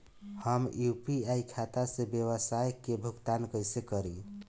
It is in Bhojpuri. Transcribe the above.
हम यू.पी.आई खाता से व्यावसाय के भुगतान कइसे करि?